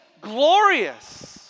glorious